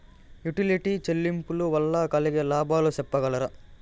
Utility చెల్లింపులు వల్ల కలిగే లాభాలు సెప్పగలరా?